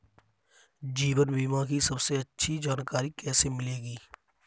जीवन बीमा की सबसे अच्छी जानकारी कैसे मिलेगी?